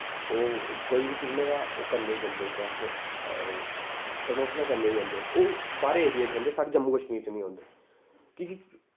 ओह् कोई बी फिल्में दा ओह् करने जंदे केह् आखदे प्रमोशन करने जंदे ओह् बाह्र एरिया च जंदे साढ़े जम्मू कश्मीर च निं औंदे की जे